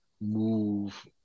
move